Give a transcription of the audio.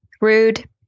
Rude